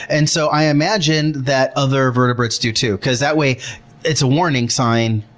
and so i imagine that other vertebrates do too, because that way it's a warning sign.